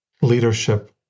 leadership